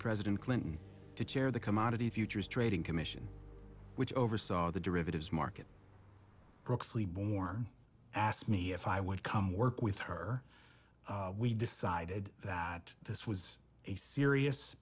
president clinton to chair the commodity futures trading commission which oversaw the derivatives market brooksley born asked me if i would come work with her we decided that this was a serious